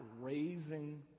raising